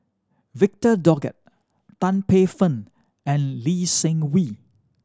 Victor Doggett Tan Paey Fern and Lee Seng Wee